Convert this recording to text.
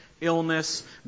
illness